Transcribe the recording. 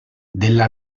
della